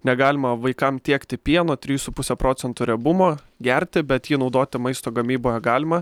negalima vaikam tiekti pieno trijų su puse procento riebumo gerti bet jį naudoti maisto gamyboje galima